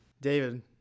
David